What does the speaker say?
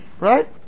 right